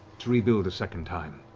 to rebuild a second time,